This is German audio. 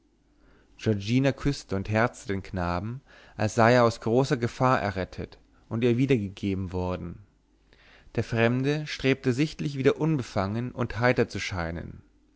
giorgina küßte und herzte den knaben als sei er aus großer gefahr errettet und ihr wiedergegeben worden der fremde strebte sichtlich wieder unbefangen und heiter zu scheinen